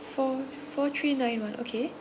four four three nine one okay